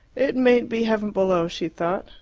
it mayn't be heaven below, she thought,